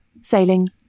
sailing